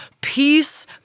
peace